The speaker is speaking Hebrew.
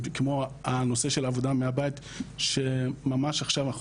כמו הנושא של עבודה מהבית שממש עכשיו אנחנו